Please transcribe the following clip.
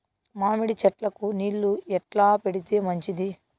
మామిడి చెట్లకు నీళ్లు ఎట్లా పెడితే మంచిది?